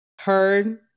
heard